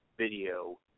video